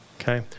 Okay